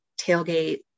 tailgate